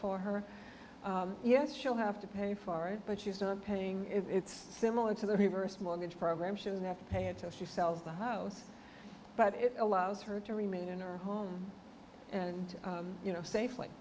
for her yes she'll have to pay for it but she's done paying it's similar to the reverse mortgage program she doesn't have to pay until she sells the house but it allows her to remain in her home and you know safely